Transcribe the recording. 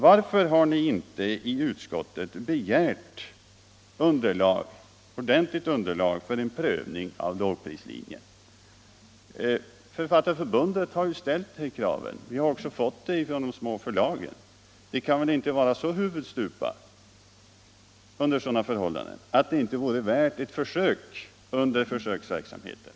Varför har ni inte i utskottet begärt ordentligt underlag för en prövning av lågprislinjen? Författarförbundet har ställt det kravet, och vi har också fått det från de små förlagen. Det kan under alla förhållanden vara värt att göra ett försök under försöksverksamheten.